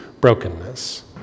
brokenness